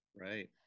Right